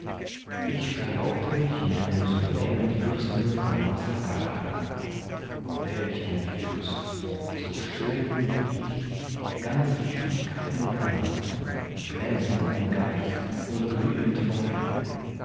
ich verlobte mich mit einem souveränen fürsten von massa carrara welch ein fürst so schön wie ich ganz lieblichkeit und anmuth glänzend ein geist und glühend vor liebe